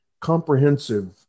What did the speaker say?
comprehensive